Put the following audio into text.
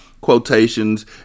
quotations